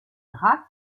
drac